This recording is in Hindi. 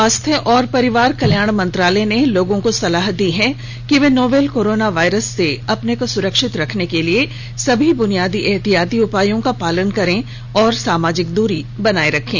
स्वास्थ्य और परिवार कल्याण मंत्रालय ने लोगों को सलाह दी है कि वे नोवल कोरोना वायरस से अपने को सुरक्षित रखने के लिए सभी बुनियादी एहतियाती उपायों का पालन करें और सामाजिक दूरी बनाए रखें